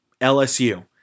LSU